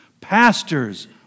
pastors